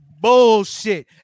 bullshit